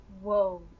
Whoa